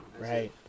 Right